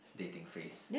dating phase